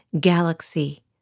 galaxy